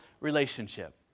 relationship